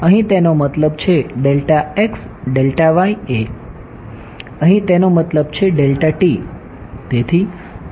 અહી તેનો મતલબ છે એ અહી તેનો મતલબ છે